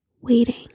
waiting